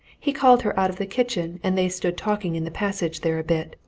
he called her out of the kitchen, and they stood talking in the passage there a bit,